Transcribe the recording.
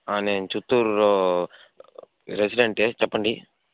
నేన్ చిత్తూరు రెసిడెంటే చెప్పండి